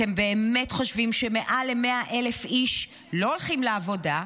אתם באמת חושבים שמעל 100,000 איש לא הולכים לעבודה,